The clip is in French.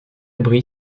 abri